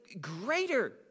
greater